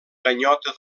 ganyota